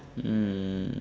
um